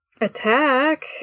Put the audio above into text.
Attack